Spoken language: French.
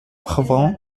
provenant